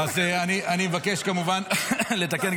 אני מבקש כמובן לתקן,